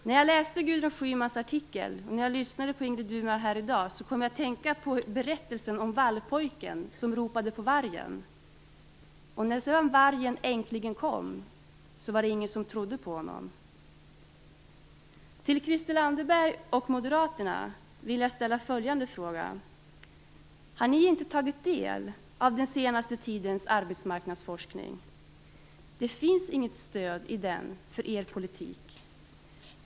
När jag läste Gudrun Schymans artikel, och när jag lyssnade på Ingrid Burman här i dag, kom jag att tänka på berättelsen om vallpojken som ropade att vargen kom. När sedan vargen verkligen kom var det ingen som trodde på honom. Till Christel Anderberg och Moderaterna vill jag ställa följande fråga: Har ni inte tagit del av den senaste tidens arbetsmarknadsforskning? Det finns inget stöd i den för er politik.